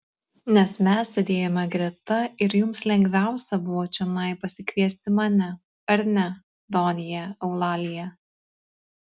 nes mes sėdėjome greta ir jums lengviausia buvo čionai pasikviesti mane ar ne donja eulalija